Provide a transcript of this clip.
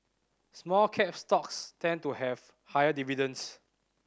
small cap stocks tend to have higher dividends